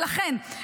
ולכן,